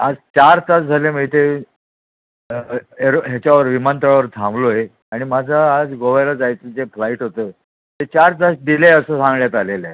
आज चार तास झाले मी इथे एरो ह्याच्यावर विमानतळावर थांबलो आहे आणि माझं आज गोव्याला जायचं जे फ्लाईट होतं ते चार तास डिले असं सांगण्यात आलेलं आहे